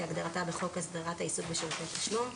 כהגדרתה בחוק הסדרת העיסוק בשירותי תשלום.